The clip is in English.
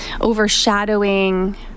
overshadowing